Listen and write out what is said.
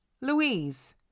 Louise